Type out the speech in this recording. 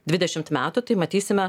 dvidešimt metų tai matysime